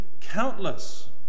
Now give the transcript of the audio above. countless